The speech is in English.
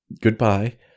Goodbye